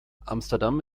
amsterdam